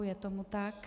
Je tomu tak.